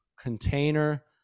container